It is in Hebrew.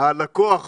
הלקוח